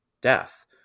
death